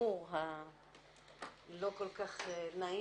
האיחור הלא כל כך נעים.